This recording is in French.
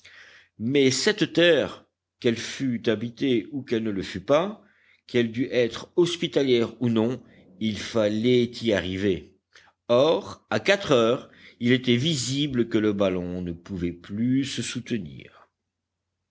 mais cette terre qu'elle fût habitée ou qu'elle ne le fût pas qu'elle dût être hospitalière ou non il fallait y arriver or à quatre heures il était visible que le ballon ne pouvait plus se soutenir